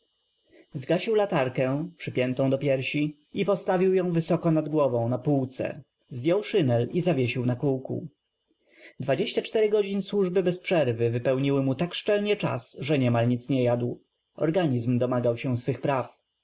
zgasił latarkę przypiętą do piersi i postaw ił ją w ysoko nad głow ą na półce zdjął szynel i zawiesił na kółku dwadzieścia cztery godzin służby bez przerw y wypełniły mu ta k szczelnie czas że niem al nic nie jadł o rganizm dom agał się swych praw